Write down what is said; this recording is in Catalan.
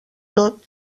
tot